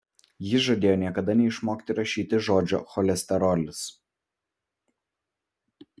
jis žadėjo niekada neišmokti rašyti žodžio cholesterolis